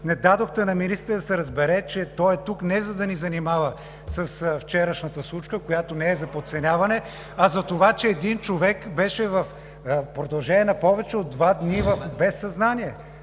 не дадохте на министъра да разбере, че той е тук не за да ни занимава с вчерашната случка, която не е за подценяване, а затова, че един човек в продължение на повече от два дни беше в безсъзнание.